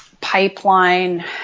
pipeline